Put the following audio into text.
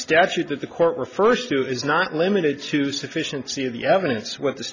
statute that the court refers to is not limited to sufficiency of the evidence what the